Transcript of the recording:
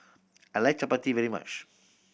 I like chappati very much